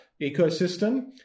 ecosystem